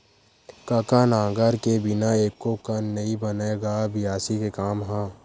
कका नांगर के बिना एको कन नइ बनय गा बियासी के काम ह?